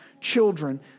children